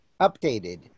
Updated